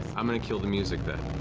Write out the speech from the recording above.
i'm going to kill the music, then.